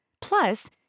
Plus